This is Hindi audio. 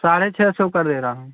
साढ़े छः सौ कर दे रहा हूँ